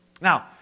Now